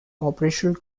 operational